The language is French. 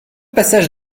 passage